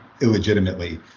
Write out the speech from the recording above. illegitimately